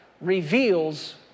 reveals